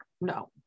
No